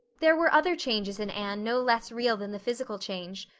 there were other changes in anne no less real than the physical change.